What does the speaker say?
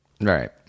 Right